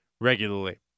regularly